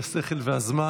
השכל והזמן.